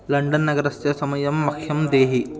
London नगरस्य समयं मह्यं देहि